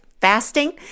fasting